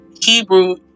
Hebrew